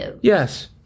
Yes